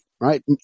right